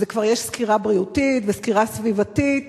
שכבר יש סקירה בריאותית וסקירה סביבתית,